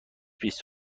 بیست